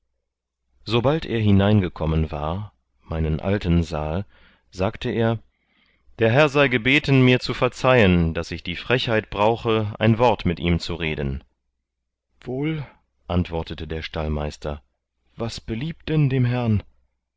sobald er hineingekommen war meinen alten sahe sagte er der herr sei gebeten mir zu verzeihen daß ich die frechheit brauche ein wort mit ihm zu reden wohl antwortete der stallmeister was beliebt denn dem herrn